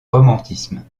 romantisme